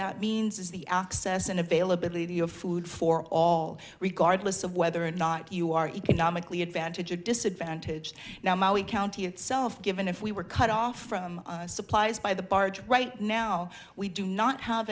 that means is the access and availability of food for all regardless of whether or not you are economically advantage or disadvantage now mali county itself given if we were cut off from supplies by the barge right now we do not have